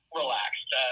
relaxed